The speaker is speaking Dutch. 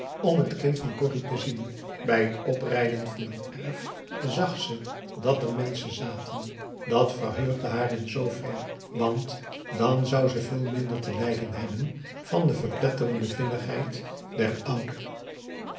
om t kind van corrie te zien bij het oprijden van het erf zag ze dat er menschen zaten dat verheugde haar in zoover want dan zou ze veel minder te lijden hebben van de verpletterende vinnigheid der oude